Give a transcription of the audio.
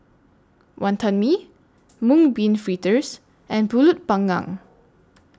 Wonton Mee Mung Bean Fritters and Pulut Panggang